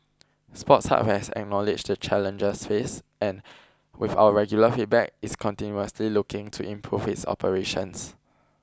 Sports Hub has acknowledged the challenges faced and with our regular feedback is continuously looking to improve its operations